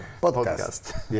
Podcast